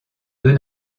deux